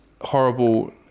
horrible